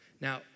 Now